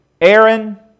Aaron